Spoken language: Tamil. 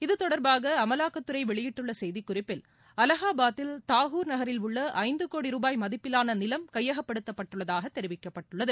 இதுதொடர்பாக அமலாக்கத்துறைவெளியிட்டுள்ளசெய்திக்குறிப்பில் தாகூர் நகரில் உள்ளஐந்துகோடி ரூபாய் மதிப்பிலானநிலம் கையகப்படுத்தப்பட்டுள்ளதாகதெரிவிக்கப்பட்டுள்ளது